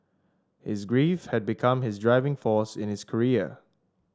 his grief had become his driving force in his career